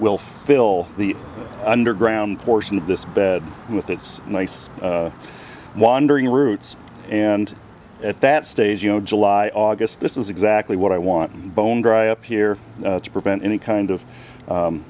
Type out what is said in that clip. will fill the underground portion of this bed with its nice wandering roots and at that stage you know july august this is exactly what i want to bone dry up here to prevent any kind of